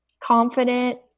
confident